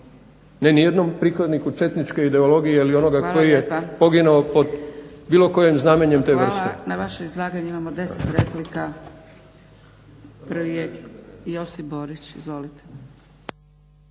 ne nijednom pripadniku četničke ideologije ili onoga koji je poginuo pod bilo kojim znamenjem te vrste. **Zgrebec, Dragica (SDP)** Hvala lijepa. Na vaše izlaganje imamo 10 replika. Prvi je Josip Borić, izvolite.